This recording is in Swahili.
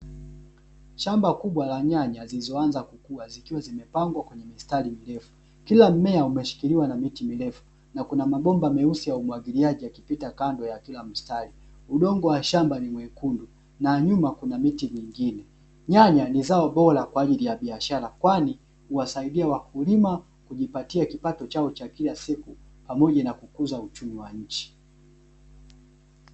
Shamba kubwa la nyanya zilizoanza kukua zikiwa zimepagwa kwenye mstari mrefu. Kila mmea umeshikiliwa na miti mirefu na kuna mabomba meusi ya umwagiliaji yakipita kando ya kila mstari. Udongo wa shamba ni mwekundu na nyuma kuna miti mingine. Nyanya ni zao bora kwa ajili ya biashara kwani huwasaidia wakulima kujipatia kipato chao cha kila siku pamoja na kukuza uchumi wa nchi .